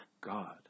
God